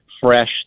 fresh